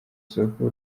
soko